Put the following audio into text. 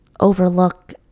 overlook